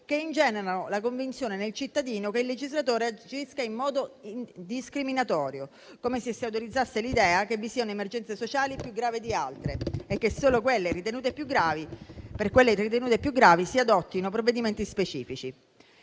cittadino la convinzione che il legislatore agisca in modo discriminatorio, come se si autorizzasse l'idea che vi siano emergenze sociali più gravi di altre e che solo per quelle ritenute più gravi si adottino provvedimenti specifici.